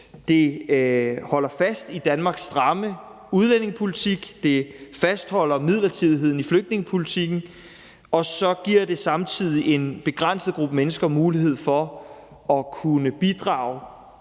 Det holder fast i Danmarks stramme udlændingepolitik, det fastholder midlertidigheden i flygtningepolitikken, og så giver det samtidig en begrænset gruppe mennesker mulighed for at kunne bidrage